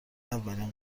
اولین